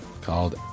called